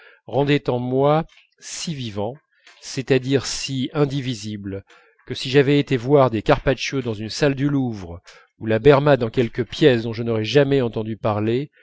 rendait en moi si vivants c'est-à-dire si indivisibles que si j'avais été voir carpaccio dans une salle du louvre ou la berma dans quelque pièce dont je n'aurais jamais entendu parler